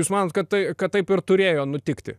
jūs manot kad tai kad taip ir turėjo nutikti